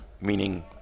meaning